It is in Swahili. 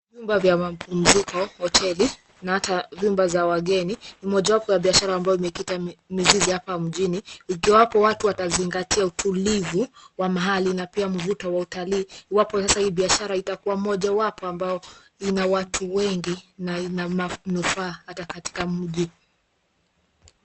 Vyumba vya mapumziko hoteli, na hata vyumba za wageni ni mojawapo ya biashara ambayo imekita mizizi hapa mjini, ukiwapo watu watazingatia utulivu wa mahali na pia mvuto wa utalii, iwapo sasa hii biashara itakua mojawapo wa ambao ina watu wengi na ina manufaa hata katika mji.